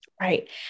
Right